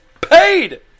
paid